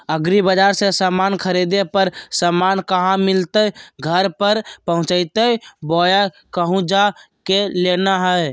एग्रीबाजार से समान खरीदे पर समान कहा मिलतैय घर पर पहुँचतई बोया कहु जा के लेना है?